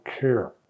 care